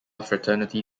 fraternity